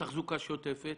תחזוקה שוטפת,